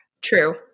True